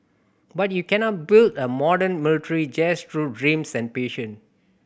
but you cannot build a modern military just through dreams and passion